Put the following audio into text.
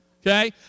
Okay